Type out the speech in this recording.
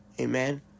Amen